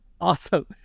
Awesome